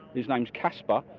his name is casper.